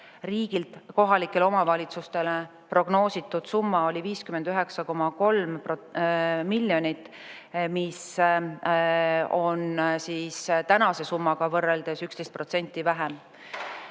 riigilt kohalikele omavalitsustele [pidi minema], 59,3 miljonit, mis on siis tänase summaga võrreldes 11% vähem.